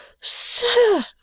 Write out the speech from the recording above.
Sir